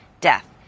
death